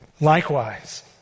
Likewise